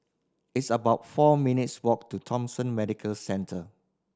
it's about four minutes' walk to Thomson Medical Centre